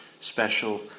special